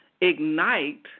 ignite